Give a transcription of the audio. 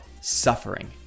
suffering